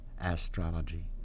Astrology